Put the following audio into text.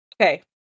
Okay